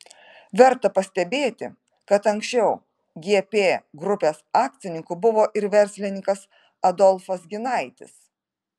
verta pastebėti kad anksčiau gp grupės akcininku buvo ir verslininkas adolfas ginaitis